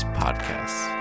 podcasts